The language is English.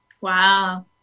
Wow